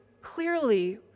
clearly